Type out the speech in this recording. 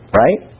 right